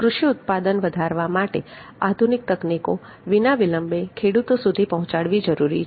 કૃષિ ઉત્પાદન વધારવા માટે આધુનિક તકનીકો વિના વિલંબે ખેડૂતો સુધી પહોંચાડવી જરૂરી છે